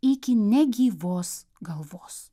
iki negyvos galvos